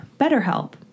BetterHelp